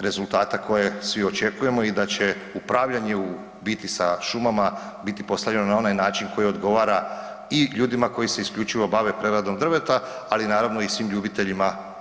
rezultata koje svi očekujemo i da će upravljanje u biti sa šumama biti postavljeno na onaj način koji odgovora i ljudima koji se isključivo bave preradom drveta, ali naravno i svim ljubiteljima prirode.